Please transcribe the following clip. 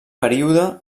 període